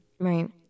Right